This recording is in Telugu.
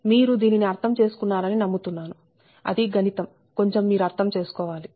మీరు దీనిని అర్థం చేసుకున్నారని నమ్ముతున్నాను అది గణితం కొంచెం మీరు అర్థం చేసుకోవాలి